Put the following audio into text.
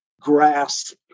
grasp